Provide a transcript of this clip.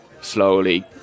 slowly